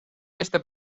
este